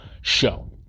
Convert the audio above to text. show